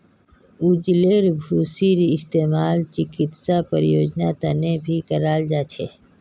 चउलेर भूसीर इस्तेमाल चिकित्सा प्रयोजनेर तने भी कराल जा छे